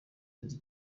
inzu